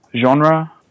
genre